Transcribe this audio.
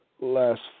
Last